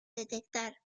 detectar